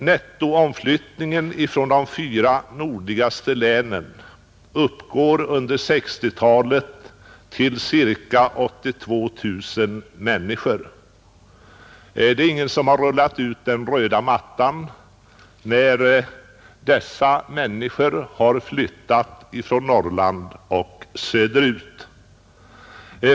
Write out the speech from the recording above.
Nettoutflyttningen från de fyra nordligaste länen uppgick under 1960-talet till ca 82 000 människor. Ingen har rullat ut den röda mattan, när dessa människor har flyttat från Norrland och söderut.